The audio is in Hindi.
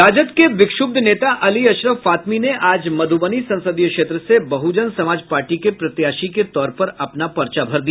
राजद के विक्षुब्ध नेता अली अशरफ फातमी ने आज मध्रबनी संसदीय क्षेत्र से बहुजन समाज पार्टी के प्रत्याशी के तौर पर अपना पर्चा भर दिया